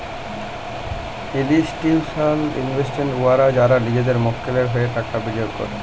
institutional investors উয়ারা যারা লিজেদের মক্কেলের হঁয়ে টাকা বিলিয়গ ক্যরে